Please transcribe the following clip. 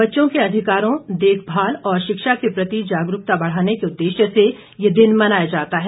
बच्चों के अधिकारों देखभाल और शिक्षा के प्रति जागरूकता बढ़ाने के उद्देश्य से यह दिन मनाया जाता है